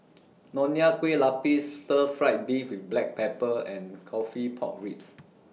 Nonya Kueh Lapis Stir Fried Beef with Black Pepper and Coffee Pork Ribs